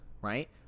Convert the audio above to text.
right